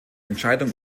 entscheidung